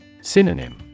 Synonym